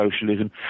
Socialism